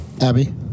Abby